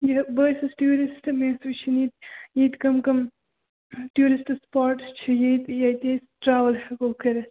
یہِ بہٕ حظ چھس ٹیوٗرِسٹ مےٚ اوس وُچھن یہِ ییٚتہِ کٔم کٔم ٹیوٗرِسٹ سُپاٹٕس چھِ ییٚتہِ ییتہِ ٲسۍ ٹرٛیٚوٕل ہیٚکو کٔرتھ